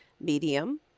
medium